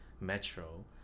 Metro